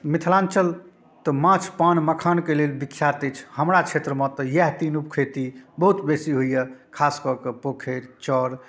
मिथिलाञ्चल तऽ माँछ पान मखानके लेल विख्यात अछि हमरा क्षेत्रमे तऽ इएह तीनूके खेती बहुत बेसी होइए खासकऽ कऽ पोखरि चऽर